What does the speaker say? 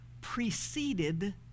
preceded